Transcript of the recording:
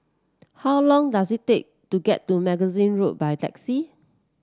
how long does it take to get to Magazine Road by taxi